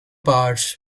parts